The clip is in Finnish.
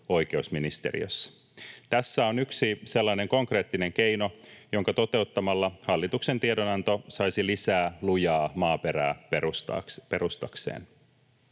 oikeusministeriössä. Tässä on yksi sellainen konkreettinen keino, jonka toteuttamalla hallituksen tiedonanto saisi lisää lujaa maaperää perustakseen.